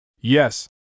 Yes